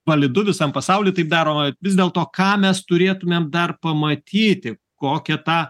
validu visam pasauly taip daroma vis dėl to ką mes turėtumėm dar pamatyti kokią tą